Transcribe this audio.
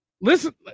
Listen